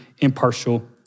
impartial